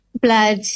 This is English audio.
blood